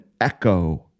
echo